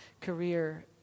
career